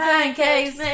Pancakes